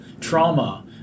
trauma